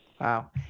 Wow